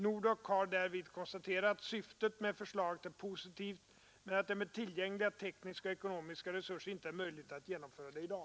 NORDDOK har därvid konstaterat att syftet med förslaget är positivt men att det med tillgängliga tekniska och ekonomiska resurser inte är möjligt att genomföra det i dag.